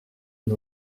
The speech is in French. une